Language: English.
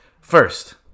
First